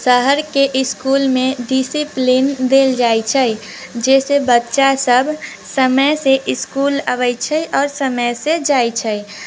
शहरके इसकुलमे डिसिप्लीन देल जाइ छै जइसे बच्चासब समयसँ इसकुल अबै छै आओर समयसँ जाइ छै